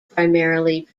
primarily